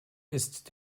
ist